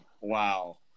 Wow